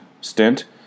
stint